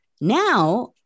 Now